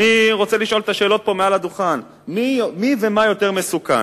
אני רוצה לשאול פה מעל הדוכן את השאלות: מי ומה יותר מסוכן?